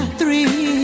three